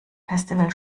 festival